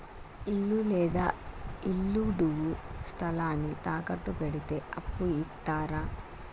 ఇల్లు లేదా ఇళ్లడుగు స్థలాన్ని తాకట్టు పెడితే అప్పు ఇత్తరా?